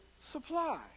supply